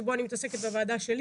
שבו אני מתעסקת בוועדה שלי,